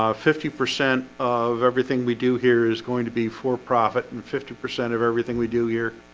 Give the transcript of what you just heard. ah fifty percent of everything we do here is going to be for profit and fifty percent of everything we do here